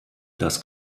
das